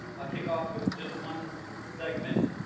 i'll kick off with just one segment